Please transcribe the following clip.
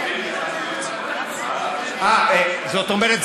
זאת אומרת,